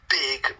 big